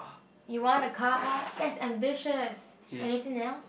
you want a car that is ambitious anything else